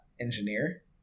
engineer